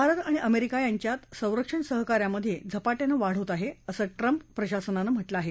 भारत आणि अमेरिका यांच्यात संरक्षण सहकार्यामधे झपाट्यानं वाढ होत आहे असं ट्रम्प प्रशासनानं म्हटलं आहे